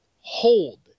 hold